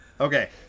okay